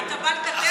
עכשיו אתה בא לספר?